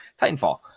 Titanfall